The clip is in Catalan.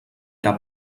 era